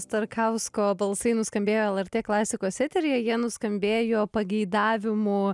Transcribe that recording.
starkausko balsai nuskambėjo lrt klasikos eteryje jie nuskambėjo pageidavimu